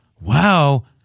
wow